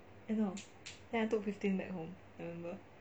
I know then I took fifteen back home I remember